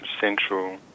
central